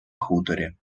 хуторі